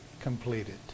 Completed